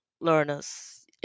learners